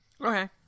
Okay